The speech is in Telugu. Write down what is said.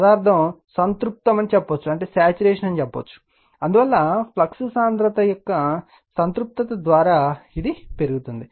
పదార్థం సంతృప్తమని చెప్పవచ్చు అందువల్ల ఫ్లక్స్ సాంద్రత యొక్క సంతృప్తత ద్వారా ఇది పెరుగుతోంది